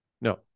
No